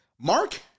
Mark